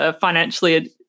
financially